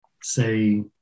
say